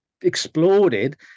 exploded